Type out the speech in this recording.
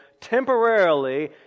temporarily